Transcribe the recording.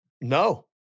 no